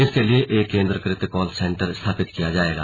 इसके लिए एक केंद्रीकृत कॉल सेंटर स्थापित किया जाएगा